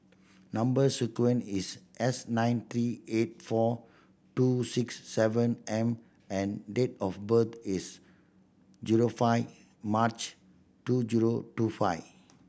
number sequence is S nine three eight four two six seven M and date of birth is zero five March two zero two five